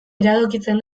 iradokitzen